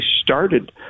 started